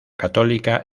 católica